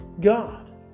God